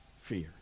fear